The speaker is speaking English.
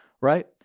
right